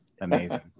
amazing